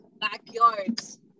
backyards